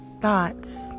thoughts